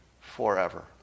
forever